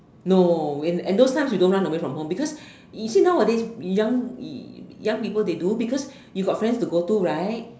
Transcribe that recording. no and and those time we don't run away from home because you see nowadays young young people they do because you got friends to go to right